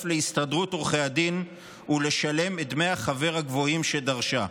להסתדרות עורכי הדין ולשלם את דמי החבר הגבוהים שדרשה.